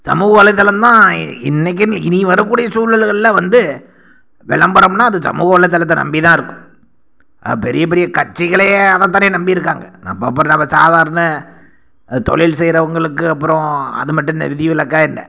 சமூக வலைத்தளம் தான் இ இன்னைக்கின்று இனி வரக்கூடிய சூழல்களில் வந்து விளம்பரம்னா அது சமூக வலைத்தளத்தை நம்பி தான் இருக்கு பெரிய பெரிய கட்சிகளே அதை தானே நம்பி இருக்காங்க நம்ப அப்புறம் நம்ப சாதாரண தொழில் செய்யறவங்களுக்கு அப்புறம் அது மட்டும் என்ன விதி விலக்கா என்ன